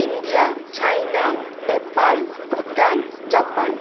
India China Nepal Bhutan Japan